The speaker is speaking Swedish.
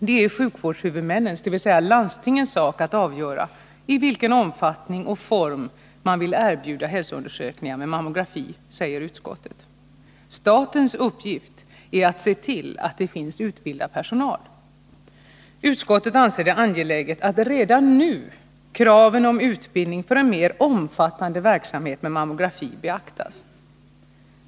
Det är sjukvårdshuvudmännens — dvs. landstingens — sak att avgöra i vilken omfattning och form man vill erbjuda hälsoundersökningar med mammografi, säger utskottet. Statens uppgift är att se till att det finns utbildad personal. Utskottet anser det angeläget att redan nu kraven på utbildning för en mer omfattande verksamhet med mammografi beaktas.